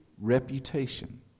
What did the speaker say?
reputation